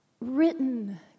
written